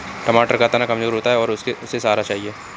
टमाटर का तना कमजोर होता है और उसे सहारा चाहिए